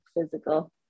physical